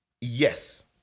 Yes